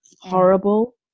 horrible